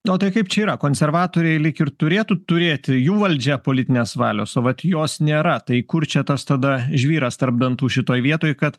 nu tai kaip čia yra konservatoriai lyg ir turėtų turėti jų valdžia politinės valios o vat jos nėra tai kur čia tas tada žvyras tarp dantų šitoj vietoj kad